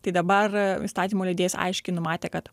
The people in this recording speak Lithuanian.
tai dabar įstatymų leidėjas aiškiai numatė kad